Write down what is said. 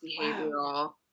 behavioral